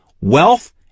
wealth